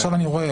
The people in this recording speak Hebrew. עכשיו אני רואה,